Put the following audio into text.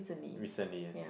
recently